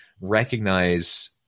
recognize